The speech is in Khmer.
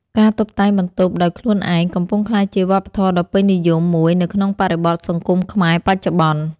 ការតុបតែងបន្ទប់ដោយខ្លួនឯង កំពុងក្លាយជាវប្បធម៌ដ៏ពេញនិយមមួយនៅក្នុងបរិបទសង្គមខ្មែរបច្ចុប្បន្ន។